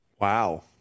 wow